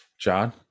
John